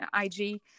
ig